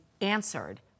answered